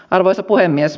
arvoisa puhemies